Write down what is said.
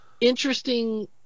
interesting